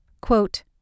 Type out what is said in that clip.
Quote